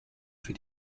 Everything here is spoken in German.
für